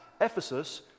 Ephesus